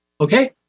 Okay